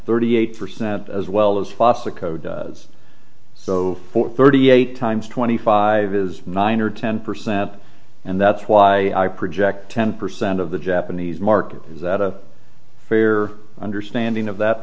thirty eight percent as well as fossil code so for thirty eight times twenty five is nine or ten percent and that's why i project ten percent of the japanese market is that a fair understanding of that